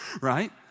right